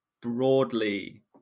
broadly